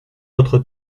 notre